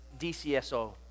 DCSO